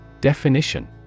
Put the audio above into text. Definition